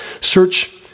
Search